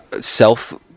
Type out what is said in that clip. self